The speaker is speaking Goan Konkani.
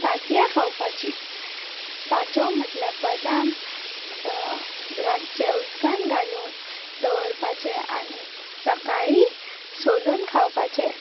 तांतयां खावपाचीं पांचवो म्हटल्या बदाम रातचें उदकान घालून दवरपाचें आनी सकाळीं सोलून खावपाचें